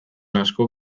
asko